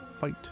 Fight